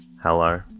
Hello